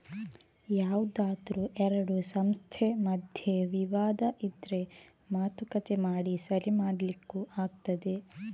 ಯಾವ್ದಾದ್ರೂ ಎರಡು ಸಂಸ್ಥೆ ಮಧ್ಯೆ ವಿವಾದ ಇದ್ರೆ ಮಾತುಕತೆ ಮಾಡಿ ಸರಿ ಮಾಡ್ಲಿಕ್ಕೂ ಆಗ್ತದೆ